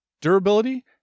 durability